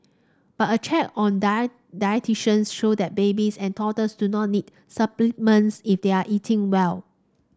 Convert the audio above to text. but a check on dietitians shows that babies and toddlers do not need supplements if they are eating well